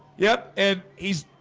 yep, and he's